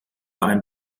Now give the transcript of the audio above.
ein